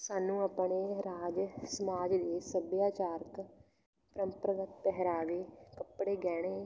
ਸਾਨੂੰ ਆਪਣੇ ਰਾਜ ਸਮਾਜ ਦੇ ਸੱਭਿਆਚਾਰਕ ਪ੍ਰੰਪਰਾਗਤ ਪਹਿਰਾਵੇ ਕੱਪੜੇ ਗਹਿਣੇ